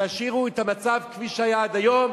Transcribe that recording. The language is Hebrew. תשאירו את המצב כפי שהיה עד היום,